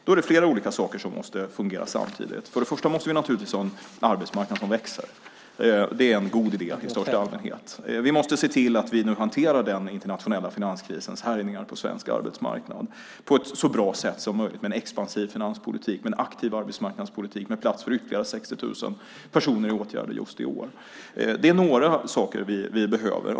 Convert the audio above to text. Då är det flera olika saker som måste fungera samtidigt. För det första måste vi naturligtvis ha en arbetsmarknad som växer. Det är en god idé i största allmänhet. För det andra måste vi se till att vi nu hanterar den internationella finanskrisens härjningar på svensk arbetsmarknad på ett så bra sätt som möjligt med en expansiv finanspolitik och med en aktiv arbetsmarknadspolitik med plats för ytterligare 60 000 personer i åtgärder just i år. Det är några saker vi behöver.